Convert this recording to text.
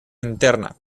interna